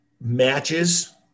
matches